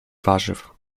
warzyw